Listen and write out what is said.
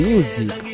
Music